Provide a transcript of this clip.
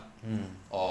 mm